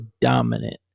dominant